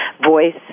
voice